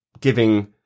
giving